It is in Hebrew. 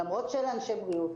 למרות שאלה אנשי בריאות,